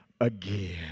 again